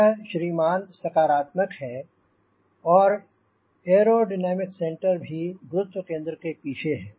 यह श्री मान सकारात्मक है और एयरोडायनेमिक सेंटर भी गुरुत्व केंद्र के पीछे है